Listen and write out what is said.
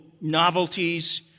novelties